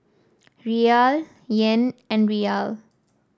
Riyal Yen and Riyal